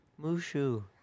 Mushu